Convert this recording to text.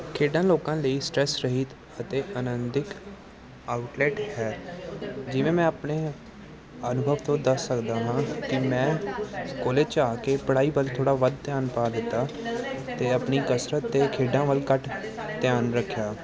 ਖੇਡਾਂ ਲੋਕਾਂ ਲਈ ਸਟਰੈਸ ਰਹਿਤ ਅਤੇ ਆਨੰਦਿਤ ਆਊਟਲੇਟ ਹੈ ਜਿਵੇਂ ਮੈਂ ਆਪਣੇ ਅਨੁਭਵ ਤੋਂ ਦੱਸ ਸਕਦਾ ਹਾਂ ਕਿ ਮੈਂ ਕੋਲਜ 'ਚ ਆ ਕੇ ਪੜ੍ਹਾਈ ਵੱਲ ਥੋੜ੍ਹਾ ਵੱਧ ਧਿਆਨ ਪਾ ਦਿੱਤਾ ਅਤੇ ਆਪਣੀ ਕਸਰਤ ਅਤੇ ਖੇਡਾਂ ਵੱਲ ਘੱਟ ਧਿਆਨ ਰੱਖਿਆ